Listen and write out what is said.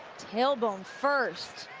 tailbone first.